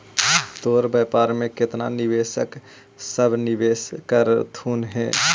तोर व्यापार में केतना निवेशक सब निवेश कयलथुन हे?